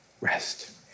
rest